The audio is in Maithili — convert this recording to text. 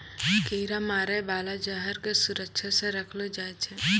कीरा मारै बाला जहर क सुरक्षा सँ रखलो जाय छै